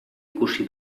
ikusi